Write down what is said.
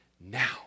now